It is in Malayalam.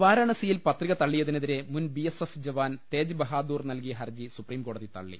വാരാണസിയിൽ പത്രിക തളളിയതിനെതിരെ മുൻ ബിഎസ് എഫ് ജവാൻ തേജ്ബഹാദൂർ നൽകിയ ഹർജി സുപ്രീംകോടതി തള്ളി